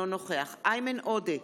אינו נוכח איימן עודה,